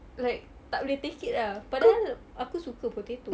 like tak boleh take it lah padahal aku suka potato